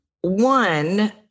One